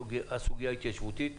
הסוגיה ההתיישבותית,